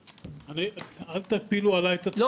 אל תפילו עלי את הדחייה.